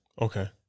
okay